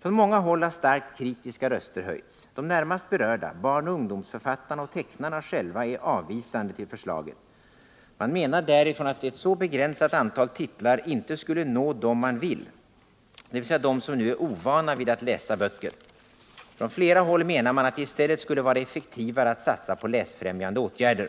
Från många håll har starkt kritiska röster höjts. De närmast berörda — barn och ungdomsförfattarna och tecknarna själva — är avvisande till förslaget. Man menar därifrån att ett så begränsat antal titlar inte skulle nå dem man vill, dvs. de som nu är ovana vid att läsa böcker. Från flera håll menar man att det i stället skulle vara effektivare att satsa på läsfrämjande åtgärder.